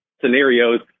scenarios